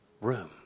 room